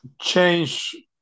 change